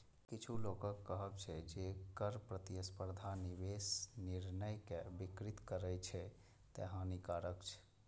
किछु लोकक कहब छै, जे कर प्रतिस्पर्धा निवेश निर्णय कें विकृत करै छै, तें हानिकारक छै